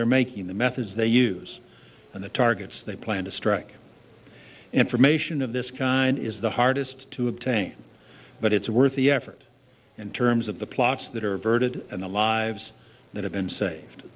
they're making the methods they use and the targets they plan to strike information of this kind is the hardest to obtain but it's worth the effort in terms of the plots that are averted and the lives that have been saved